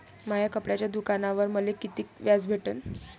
माया कपड्याच्या दुकानावर मले कितीक व्याज भेटन?